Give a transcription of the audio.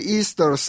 Easter